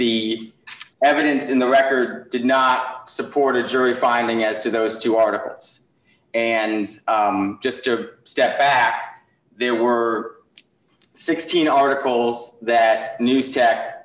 the evidence in the record did not support a jury finding as to those two articles and just or step back there were sixteen articles that new